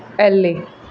elle